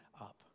up